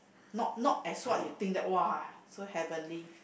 not not as what you think that !wah! so heavenly